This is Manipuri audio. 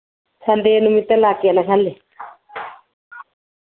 ꯁꯟꯗꯦ ꯅꯨꯃꯤꯠꯇ ꯂꯥꯛꯀꯦꯅ ꯈꯜꯂꯤ